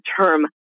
term